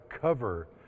cover